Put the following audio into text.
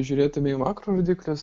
žiūrėtume į makro rodiklius